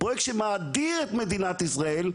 פרויקט שמאדיר את מדינת ישראל,